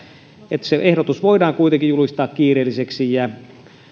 että se ehdotus voidaan kuitenkin julistaa kiireelliseksi